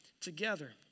together